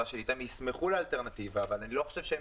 שלי אתם ישמחו לאלטרנטיבה אבל אני לא חושב שהם